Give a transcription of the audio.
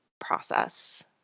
process